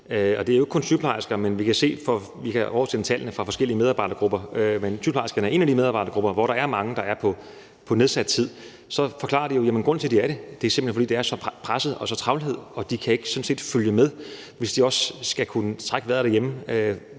Det er et relevant problem. Vi kan oversende tallene for forskellige medarbejdergrupper, men sygeplejerskerne er en af de medarbejdergrupper, hvor mange er på nedsat tid. Forklaringen på, at de er det, er, at de simpelt hen er så pressede, og at der er så meget travlhed, så de ikke kan følge med, og da de også skal kunne trække vejret derhjemme,